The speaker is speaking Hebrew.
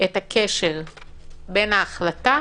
את הקשר בין ההחלטה